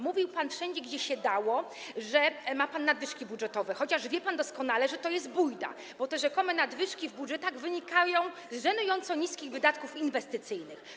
Mówił pan wszędzie, gdzie się dało, że ma pan nadwyżki budżetowe, chociaż wie pan doskonale, że to jest bujda, bo te rzekome nadwyżki w budżetach wynikają z żenująco niskich wydatków inwestycyjnych.